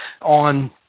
on